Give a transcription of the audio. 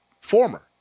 former